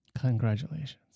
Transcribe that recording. Congratulations